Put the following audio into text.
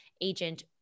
agent